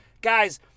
Guys